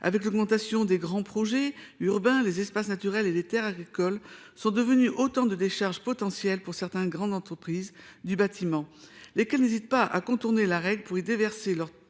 Avec l'augmentation des grands projets urbains, les espaces naturels et les terres agricoles sont devenus autant de décharges potentielles pour certaines grandes entreprises du bâtiment, lesquelles n'hésitent pas à contourner les règles pour y déverser leurs tonnes